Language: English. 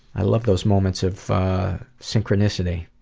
i love those moments of synchronicity.